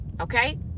okay